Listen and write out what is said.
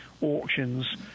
Auctions